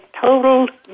total